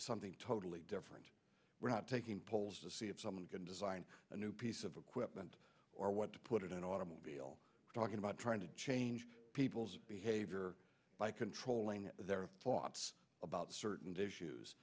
something totally different we're not taking polls to see if someone can design a new piece of equipment or what to put it in an automobile we're talking about trying to change people's behavior by controlling their thoughts about certain